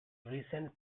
recent